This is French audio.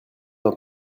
dans